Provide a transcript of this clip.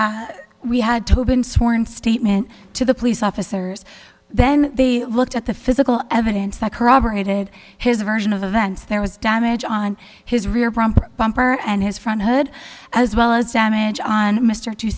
first we had tobin sworn statement to the police officers then they looked at the physical evidence that corroborated his version of events there was damage on his rear bumper and his front hood as well as damage on mr t